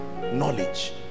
knowledge